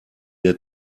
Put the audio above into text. der